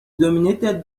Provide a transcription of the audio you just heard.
dominated